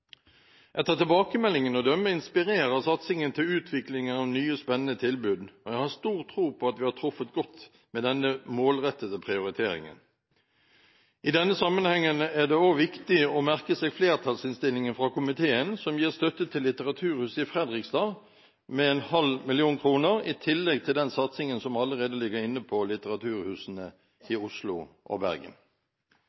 Etter tilbakemeldingene å dømme inspirerer satsingen til utvikling av nye spennende tilbud, og jeg har stor tro på at vi har truffet godt med denne målrettede prioriteringen. I denne sammenhengen er det også viktig å merke seg flertallsinnstillingen fra komiteen, som gir støtte til litteraturhuset i Fredrikstad med 0,5 mill. kr, i tillegg til den satsingen som allerede ligger inne på litteraturhusene i